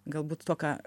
galbūt to ką